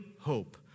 hope